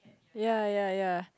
ya ya ya